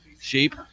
sheep